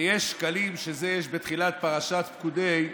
ויש שקלים, בתחילת פרשת פקודי,